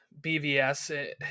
BVS